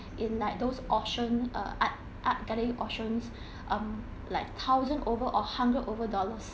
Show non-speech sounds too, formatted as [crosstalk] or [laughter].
[breath] in like those auction uh art art gallery auctions [breath] um like thousand over or hundred over dollars